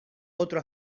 otro